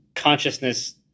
Consciousness